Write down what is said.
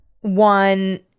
One